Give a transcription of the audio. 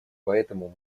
поэтому